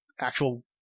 actual